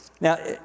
Now